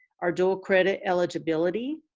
our dual credit eligibility